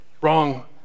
wrong